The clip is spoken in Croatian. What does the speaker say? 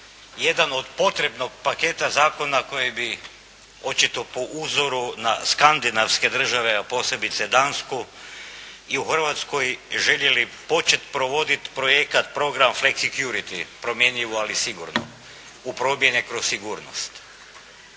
jedan od potrebnog paketa zakona koji bi očito po uzoru na skandinavske države, a posebice Dansku i u Hrvatskoj željeli početi provoditi projekat program …/Govornik se ne razumije./… security, promjenjivo, ali sigurno u promjene kroz sigurnost.